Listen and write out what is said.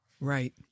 Right